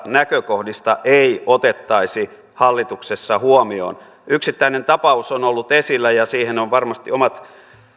näkökohdista ei otettaisi hallituksessa huomioon yksittäinen tapaus on ollut esillä ja siihen on varmasti omat